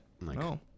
No